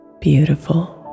Beautiful